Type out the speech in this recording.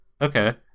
Okay